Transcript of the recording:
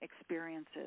experiences